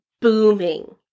booming